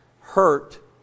hurt